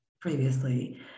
previously